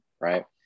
right